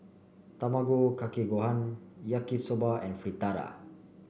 Tamago Kake Gohan Yaki Soba and Fritada